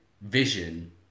vision